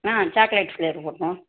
ம் chocolate flavour